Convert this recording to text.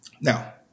Now